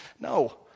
No